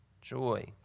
joy